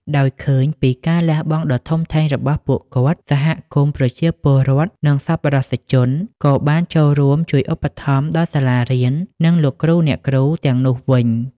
ដោយឃើញពីការលះបង់ដ៏ធំធេងរបស់ពួកគាត់ សហគមន៍ ប្រជាពលរដ្ឋ និងសប្បុរសជន ក៏បានចូលរួមជួយឧបត្ថម្ភដល់សាលារៀន និងលោកគ្រូអ្នកគ្រូទាំងនោះវិញ។